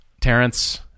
Terrence